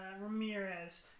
Ramirez